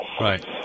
Right